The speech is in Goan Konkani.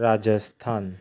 राजस्थान